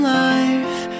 life